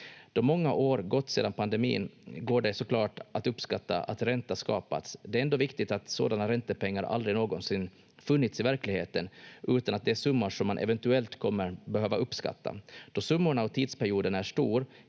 många år gått sedan pandemin går det så klart att uppskatta att ränta skapats. Det är ändå viktigt att sådana räntepengar aldrig någonsin funnits i verkligheten, utan att det är summor som man eventuellt kommer behöva uppskatta. Då summorna och tidsperioden är stor